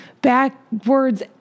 backwards